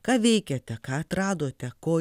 ką veikiate ką atradote ko